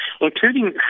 including